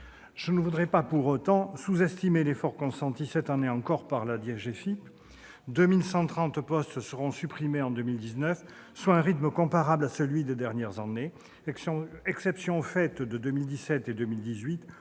Je ne voudrais pas, pour autant, sous-estimer l'effort consenti cette année encore par la DGFiP : 2 130 postes seront supprimés en 2019, soit un rythme comparable à celui des dernières années, exception faite de 2017 et de 2018,